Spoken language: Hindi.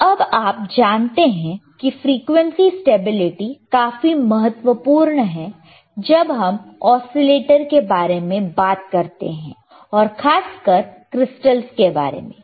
तो अब आप जानते हैं कि फ्रीक्वेंसी स्टेबिलिटी काफी महत्वपूर्ण है जब हम ओसीलेटर के बारे में बात करते हैं और खासकर क्रिस्टल्स के बारे में